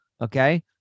Okay